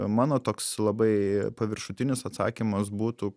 mano toks labai paviršutinis atsakymas būtų